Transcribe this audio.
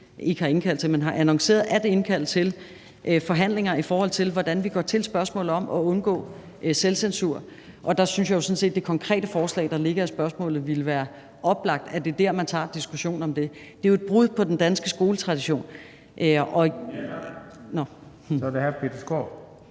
mig, at statsministeren har annonceret, at der vil blive indkaldt til forhandlinger, i forhold til hvordan vi går til spørgsmålet om at undgå selvcensur, og der synes jeg jo sådan set, at det konkrete forslag, der ligger i spørgsmålet, ville være oplagt. Er det der, man tager diskussionen om det? Det er jo et brud på den danske skoletradition. Kl. 15:58 Den fg.